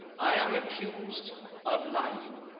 i am accused of lying.